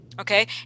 okay